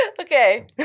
Okay